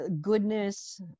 Goodness